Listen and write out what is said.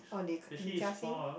actually it's more a